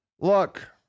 Look